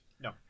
No